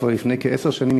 כבר לפני כעשר שנים,